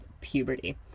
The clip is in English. puberty